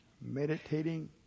meditating